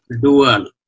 dual